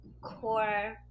core